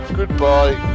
goodbye